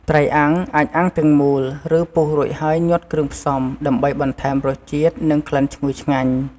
ត្រីអាំង អាចអាំងទាំងមូល ឬពុះរួចហើយញាត់គ្រឿងផ្សំ ដើម្បីបន្ថែមរសជាតិ និងក្លិនឈ្ងុយឆ្ងាញ់។